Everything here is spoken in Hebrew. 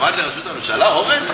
מועמד לראשות הממשלה, אורן?